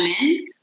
women